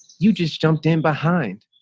you just jumped in behind.